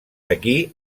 aquí